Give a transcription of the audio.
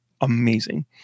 amazing